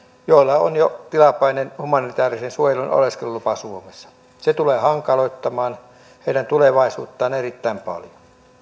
joilla on jo tilapäinen humanitäärisen suojelun oleskelulupa suomessa se tulee hankaloittamaan heidän tulevaisuuttaan erittäin paljon